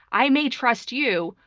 i may trust you,